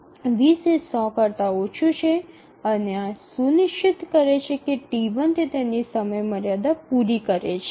૨0 એ ૧00 કરતા ઓછું છે અને આ સુનિશ્ચિત કરે છે કે T1 તે તેની સમયમર્યાદા પૂરી કરે છે